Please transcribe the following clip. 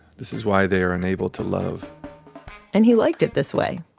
this is why they are unable to love and he liked it this way,